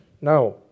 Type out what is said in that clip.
Now